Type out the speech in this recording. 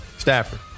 Stafford